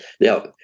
Now